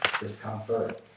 discomfort